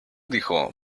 dijo